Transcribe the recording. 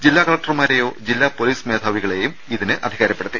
ജില്ലാ കലക്ടർമാരേയും ജില്ലാ പൊലീസ് മേധാവികളേയും ഇതിന് അധികാരപ്പെ ടുത്തി